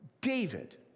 David